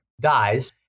dies